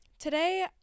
Today